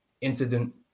incident